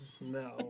No